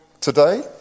today